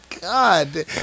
God